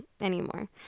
anymore